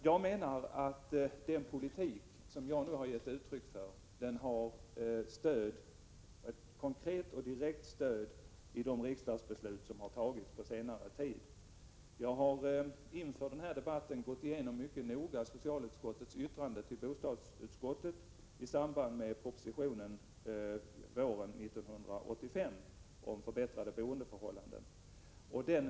Jag menar att den politik som jag nu har redovisat har ett konkret och direkt stöd i de riksdagsbeslut som har fattats på senare tid. Inför den här debatten har jag mycket noga gått igenom socialutskottets yttrande till bostadsutskottet i samband med behandlingen av den proposition om förbättrade boendeförhållanden som lades fram våren 1985.